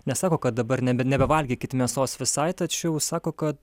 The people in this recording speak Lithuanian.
nesako kad dabar nebe nebevalgykit mėsos visai tačiau sako kad